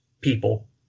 people